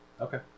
Okay